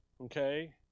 okay